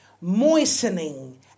moistening